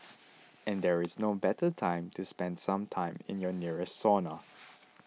and there is no better time to spend some time in your nearest sauna